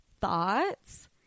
Thoughts